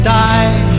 die